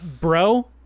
bro